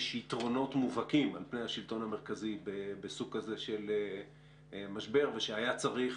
יתרונות מובהקים על פני השלטון המרכזי בסוג כזה של משבר ושהיה צריך,